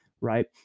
right